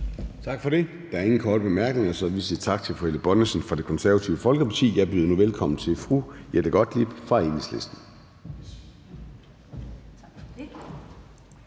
Tak for det. Der er ingen korte bemærkninger, så vi siger tak til fru Helle Bonnesen fra Det Konservative Folkeparti. Jeg byder nu velkommen til fru Jette Gottlieb fra Enhedslisten.